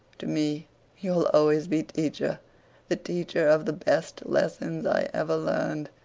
to me you'll always be teacher' the teacher of the best lessons i ever learned.